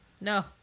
No